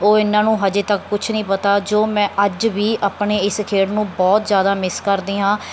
ਉਹ ਇਹਨਾਂ ਨੂੰ ਹਾਲੇ ਤੱਕ ਕੁਛ ਨਹੀਂ ਪਤਾ ਜੋ ਮੈਂ ਅੱਜ ਵੀ ਆਪਣੇ ਇਸ ਖੇਡ ਨੂੰ ਬਹੁਤ ਜ਼ਿਆਦਾ ਮਿਸ ਕਰਦੀ ਹਾਂ